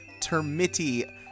Termiti